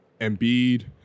Embiid